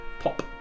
pop